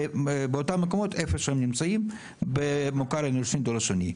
ובאותם מקומות, איפה שהם נמצאים, בדור השני.